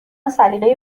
سلیقه